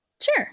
Sure